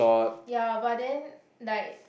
ya but then like